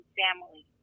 family